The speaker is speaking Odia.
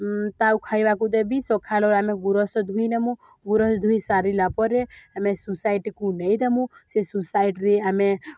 ତାଉ ଖାଇବାକୁ ଦେବି ସଖାଳ ଆମେ ଗୁରସ୍ ଧୋଇ ନେମୁ ଗୁୁରସ୍ ଧୁଇ ସାରିଲା ପରେ ଆମେ ସୋସାଇଟିକୁ ନେଇଦେମୁ ସେ ସୋସାଇଟିରେ ଆମେ